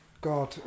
God